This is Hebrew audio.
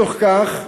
בתוך כך,